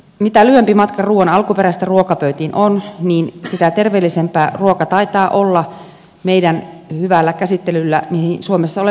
mitä lyhyempi matka ruuan alkuperästä ruokapöytiin on niin sitä terveellisempää ruoka taitaa olla meidän hyvällä käsittelyllä mihin suomessa olemme tottuneet